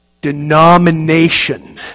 Denomination